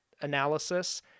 analysis